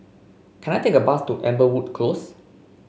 can I take a bus to Amberwood Close